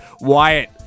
Wyatt